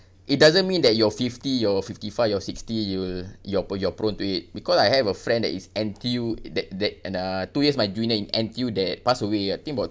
it doesn't mean that you're fifty or fifty five you're sixty you'll you're p~ you're prone to it because I have a friend that is N_T_U that that and uh two years my junior in N_T_U that passed away I think about